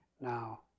Now